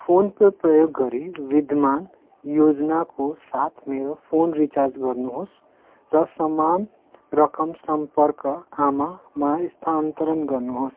phone pay प्रयोग गरी विद्यमान योजनाको साथ मेरो फोन रिचार्ज गर्नुहोस् र समान रकम सम्पर्क आमामा स्थानान्तरण गर्नुहोस्